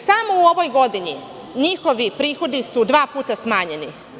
Samo u ovoj godini njihovi prihodi su dva puta smanjeni.